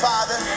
Father